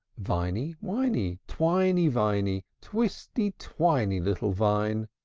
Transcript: viny, winy, twiny, viny, twisty-twiny, little vine!